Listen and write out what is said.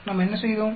நாம் என்ன செய்தோம்